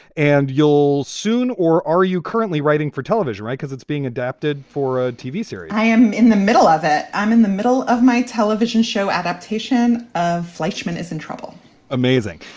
and you'll soon. or are you currently writing for television because it's being adapted for ah tv series? i am in the middle of it. i'm in the middle of my television show. adaptation of fleischman is in trouble amazing.